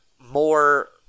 more